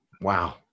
wow